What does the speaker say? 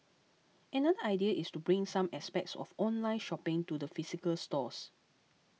another idea is to bring some aspects of online shopping to the physical stores